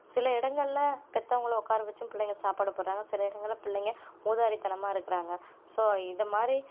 சில இடங்கள்ல பெத்தவங்களை உட்கார வச்சும் பிள்ளைங்க சாப்பாடு போடறாங்க சில இடங்களில் பிள்ளைங்க ஊதாரித்தனமாக இருக்கிறாங்க ஸோ இது மாரி